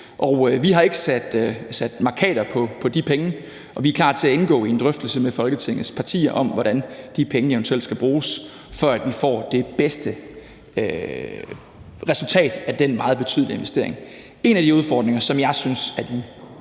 Vi har ikke sat mærkater på de penge, og vi er klar til at indgå i en drøftelse med Folketingets partier om, hvordan de penge eventuelt skal bruges, for at man får det bedste resultat af den meget betydelige investering. En af de udfordringer, som jeg synes er den